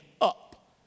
up